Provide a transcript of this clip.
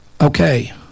okay